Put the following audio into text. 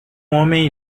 homem